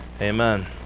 amen